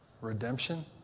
redemption